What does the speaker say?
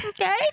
Okay